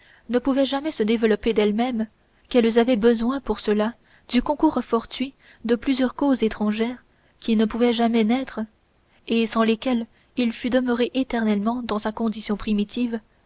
ne pouvaient jamais se développer d'elles-mêmes qu'elles avaient besoin pour cela du concours fortuit de plusieurs causes étrangères qui pouvaient ne jamais naître et sans lesquelles il fût demeuré éternellement dans sa condition primitive